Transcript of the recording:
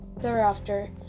thereafter